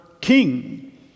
king